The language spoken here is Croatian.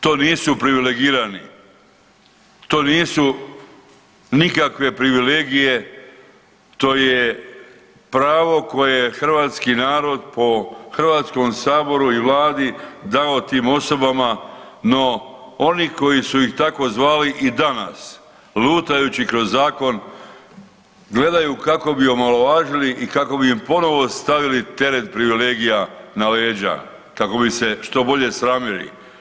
To nisu privilegirani, to nisu nikakve privilegije to je pravo koje hrvatski narod po Hrvatskom saboru i Vladu dao tim osobama no oni koji su ih tako zvali i danas lutajući kroz zakon gledaju kako bi omalovažili i kako bi im ponovo stavili teret privilegija na leđa kako bi se što bolje sramili.